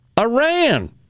Iran